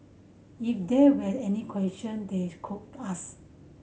if there were any question they could ask